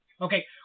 Okay